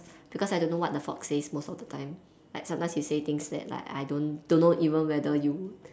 because I don't know what the fox says most of the time like sometimes you say things that like I don't~ don't know even whether you